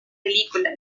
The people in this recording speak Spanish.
películas